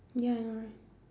ya I know right